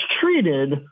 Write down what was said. treated